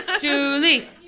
Julie